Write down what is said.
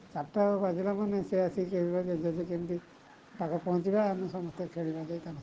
ସାତଟା ବାଜିଲା ମାନେ ସେ ଆସିକି ଜେଜେ କେମିତି ପାଖରେ ପହଁଞ୍ଚିବା ଆମେ ସମସ୍ତେ ଖେଳିବା ଯାଇ ତାଙ୍କ ସାଙ୍ଗରେ